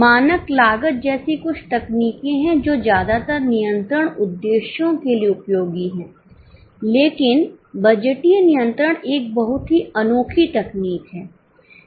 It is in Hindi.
मानक लागत जैसी कुछ तकनीकें हैं जो ज्यादातर नियंत्रण उद्देश्यों के लिए उपयोगी हैं लेकिन बजटीय नियंत्रण एक बहुत ही अनोखी तकनीक है